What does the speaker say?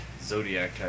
Zodiac